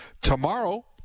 Tomorrow